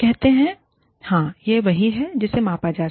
वे कहते हैं हां यह वही है जिसे मापा जा रहा है